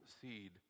seed